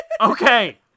Okay